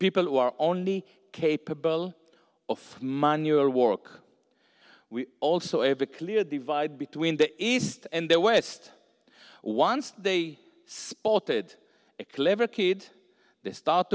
people who are only capable of manual work we also have a clear divide between the east and the west once they spotted a clever kid they st